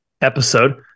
episode